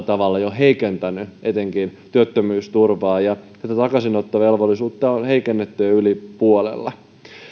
tavalla jo heikentänyt etenkin työttömyysturvaa ja tätä takaisinottovelvollisuutta on heikennetty jo yli puolella